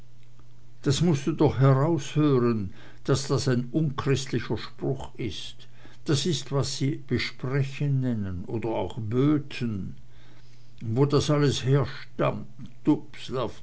das mußt du doch heraushören daß das ein unchristlicher spruch ist das ist was sie besprechen nennen oder auch böten und wo das alles herstammt